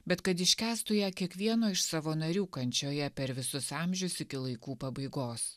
bet kad iškęstų ją kiekvieno iš savo narių kančioje per visus amžius iki laikų pabaigos